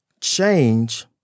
change